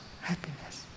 happiness